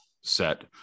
set